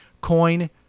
coin